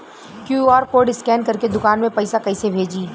QR code scan करके दुकान में पैसा कइसे भेजी?